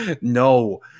No